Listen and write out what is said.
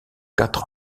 quatre